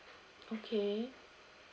okay